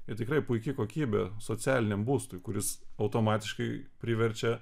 ir tikrai puiki kokybė socialiniam būstui kuris automatiškai priverčia